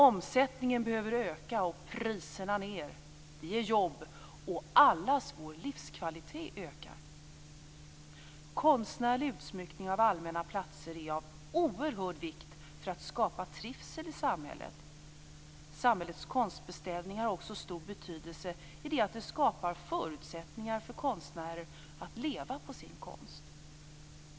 Omsättningen behöver öka och priserna behöver gå ned. Det ger jobb, och allas vår livskvalitet ökar. Konstnärlig utsmyckning av allmänna platser är i dag av oerhörd vikt för att skapa trivsel i samhället. Samhällets konstbeställningar har stor betydelse i det att det skapar förutsättningar för konstnärer att leva på sin konst.